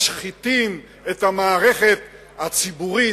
משחיתים את המערכת הציבורית,